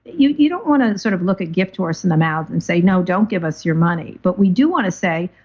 you you don't want to sort of look a gift horse in the mouth and say, no, don't give us your money. but we do want to say,